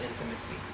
intimacy